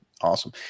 Awesome